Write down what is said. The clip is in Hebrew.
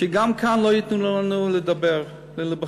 שגם כאן לא ייתנו לנו לדבר ולהיבחר,